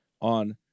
on